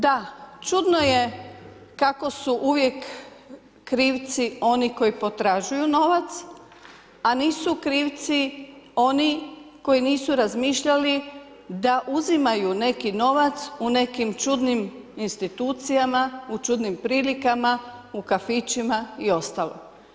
Da, čudno je kako su uvijek krivci oni koji potražuju novac, a nisu krivci oni koji nisu razmišljali da uzimaju neki novac u nekim čudnim institucijama, u čudnim prilikama, u kafićima i ostalo.